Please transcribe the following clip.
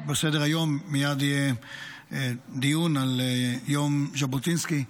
-- שבסדר-היום מייד יהיה דיון על יום ז'בוטינסקי,